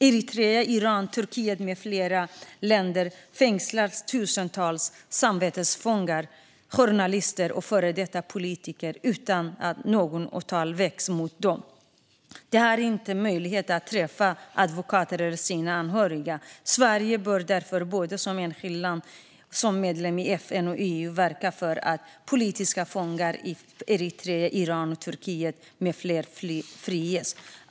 I Eritrea, Iran, Turkiet med flera länder fängslas tusentals samvetsfångar, journalister och före detta politiker utan att något åtal väcks mot dem. De har inte möjlighet att träffa en advokat eller sina anhöriga. Sverige bör därför både som enskilt land och som medlem i FN och EU verka för att politiska fångar i Eritrea, Iran och Turkiet med flera friges.